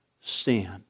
sin